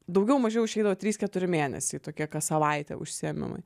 daugiau mažiau išeidavo trys keturi mėnesiai tokie kas savaitę užsiėmimai